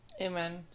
Amen